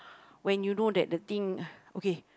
when you know that the thing okay